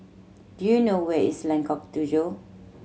do you know where is Lengkok Tujoh